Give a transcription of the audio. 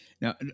Now